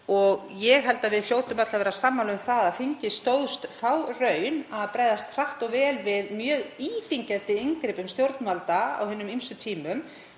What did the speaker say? og ég held að við hljótum öll að vera sammála um að þingið stóðst þá raun og brást hratt og vel við mjög íþyngjandi inngripum stjórnvalda á hinum ýmsu tímum